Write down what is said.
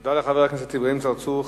תודה לחבר הכנסת אברהים צרצור.